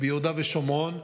ביהודה ושומרון,